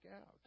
out